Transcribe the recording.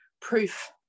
proof